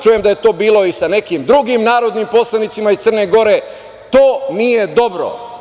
Čujem da je to bilo i sa nekim drugim narodnim poslanicima iz Crne Gore, to nije dobro.